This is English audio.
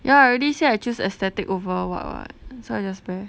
yeah I already say I choose aesthetic over what [what] so I just wear